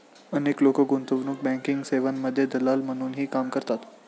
अनेक लोक गुंतवणूक बँकिंग सेवांमध्ये दलाल म्हणूनही काम करतात